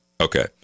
Okay